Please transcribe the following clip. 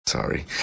Sorry